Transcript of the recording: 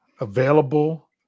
available